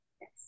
Yes